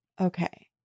Okay